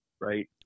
right